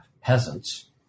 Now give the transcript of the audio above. peasants